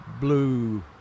blue